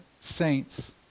saints